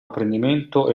apprendimento